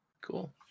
Cool